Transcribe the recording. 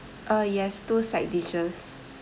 uh yes two side dishes